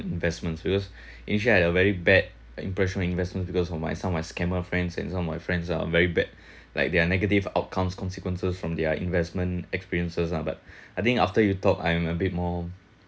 investments because actually I had a very bad impression investment because of my some of my scammers friends and some of my friends are very bad like their negative outcomes consequences from their investment experiences lah but I think after you talk I am a bit more